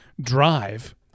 Drive